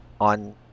on